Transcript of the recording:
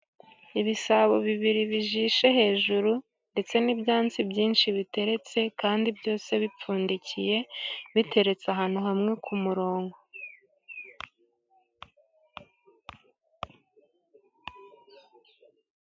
Ibisabo bibiri bijishe hejuru, ndetse n'ibyansi byinshi biteretse, kandi byose bipfundikiye, biteretse ahantu hamwe ku murongo.